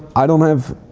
i don't have,